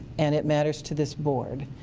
and it matters to this board.